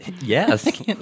Yes